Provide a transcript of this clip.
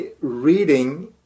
reading